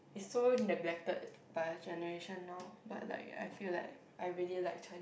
is so neglected by generation now but like I feel like I really like Chinese